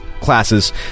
classes